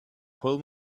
pull